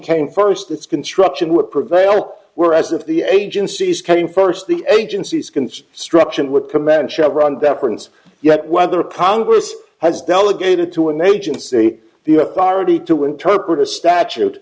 came first its construction would prevail whereas if the agencies came first the agencies construction would command chevron deference yet whether congress has delegated to an agency the authority to interpret a statute